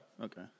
Okay